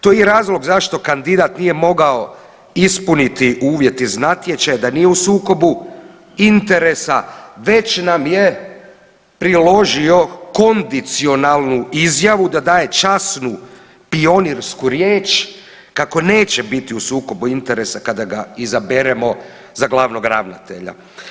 To je i razlog zašto kandidat nije mogao ispuniti uvjet iz natječaja da nije u sukobu interesa već nam je priložio kondicionalnu izjavu da daje časnu pionirsku riječ kako neće biti u sukobu interesa kada ga izaberemo za glavnog ravnatelja.